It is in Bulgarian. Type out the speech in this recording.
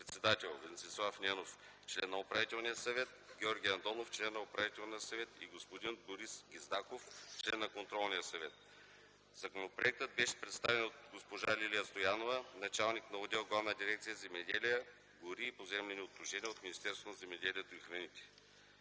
председател, Венцислав Ненов – член на Управителния съвет, Георги Андонов – член на Управителния съвет, и господин Борис Гиздаков – член на Контролния съвет. Законопроектът беше представен от госпожа Лилия Стоянова, началник на отдел в Главна дирекция „Земеделие, гори и поземлени отношения” от Министерство на земеделието и храните.